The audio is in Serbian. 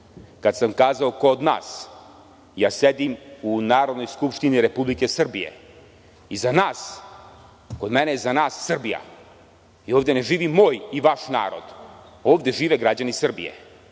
kad sam kazao – kod nas, ja sedim u Narodnoj skupštini Republike Srbije i kod mene je „za nas“ – Srbija. Jer, ovde ne živi moj i vaš narod, ovde žive građani Srbije.